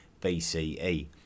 BCE